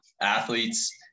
athletes